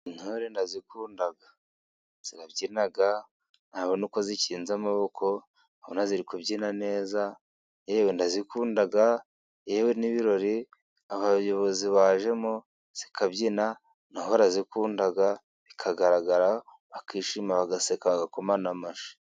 Intore ndazikunda, zirabyina nabona uko zikinze amaboko nkabona ziri kubyina neza, yewe ndazikunda yewe n'ibirori abayobozi bajemo zikabyina nabo barazikunda, bikagaragara bakishimima bagaseka bagakoma n'amashyi.